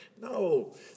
no